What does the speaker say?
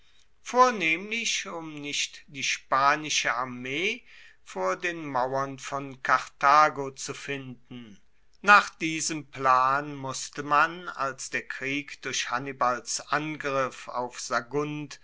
vornehmlich um nicht die spanische armee vor den mauern von karthago zu finden nach diesem plan wusste man als der krieg durch hannibals angriff auf sagunt